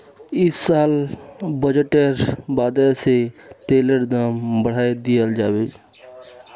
इस साल बजटेर बादे से तेलेर दाम बढ़ाय दियाल जाबे